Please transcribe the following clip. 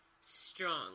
Strong